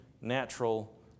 natural